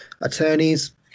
attorneys